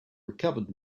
recovered